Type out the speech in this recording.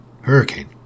hurricane